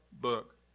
book